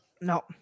No